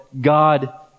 God